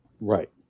Right